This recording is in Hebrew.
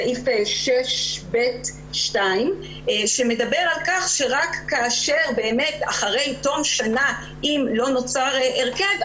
סעיף 6ב' 2 שמדבר על כך שרק כאשר באמת אחרי תום שנה אם לא נוצר הרכב,